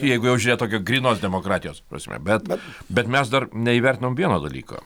jeigu jau žiūrėt tokio grynos demokratijos prasme bet bet mes dar neįvertinom vieno dalyko